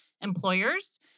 employers